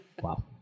Wow